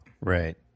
Right